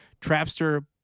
Trapster